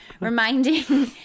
reminding